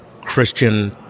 Christian